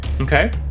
Okay